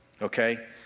Okay